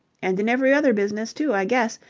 and in every other business, too, i guess,